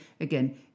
again